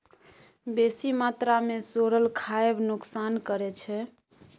बेसी मात्रा मे सोरल खाएब नोकसान करै छै